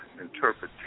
interpretation